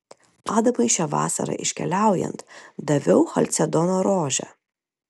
adamui šią vasarą iškeliaujant daviau chalcedono rožę